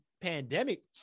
pandemic